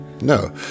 No